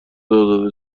ازاده